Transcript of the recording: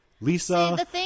Lisa